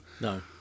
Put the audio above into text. No